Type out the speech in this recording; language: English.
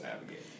navigate